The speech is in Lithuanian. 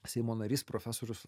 seimo narys profesorius